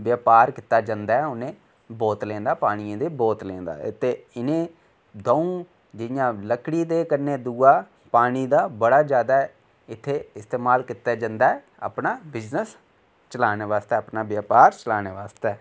व्यापार कीता जंदा ऐ उनें बोतलें दा पानी आह्ली बोतलें दा इनें द'ऊं जियां लकड़ी ते कन्नै दूआ पानी दा बड़ी जादा इस्तेमाल कीता जंदा ऐ अपना बिजनस चलांने वास्तै आपना व्यापार चलांने वास्तै